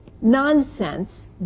nonsense